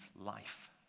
life